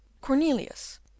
cornelius